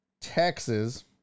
Texas